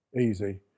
easy